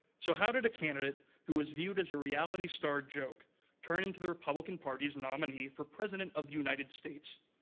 so how did a candidate who was viewed as a reality star joke turn into the republican party's nominee for president of united states?